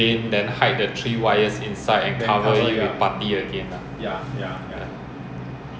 they will just sign their name and then they have to pay him certain money to sign